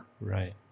Right